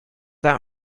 that